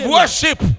worship